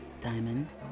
Diamond